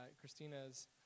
Christina's